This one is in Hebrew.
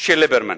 של ליברמן.